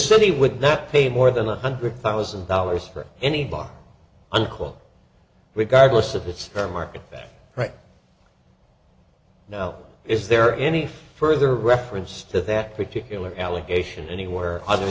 city would not pay more than one hundred thousand dollars for any bar unquote regardless of its term market right now is there any further reference to that particular allegation anywhere other